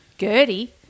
Gertie